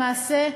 למעשה,